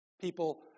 People